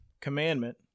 commandment